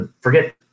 forget